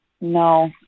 no